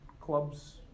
clubs